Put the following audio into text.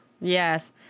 Yes